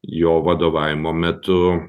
jo vadovavimo metu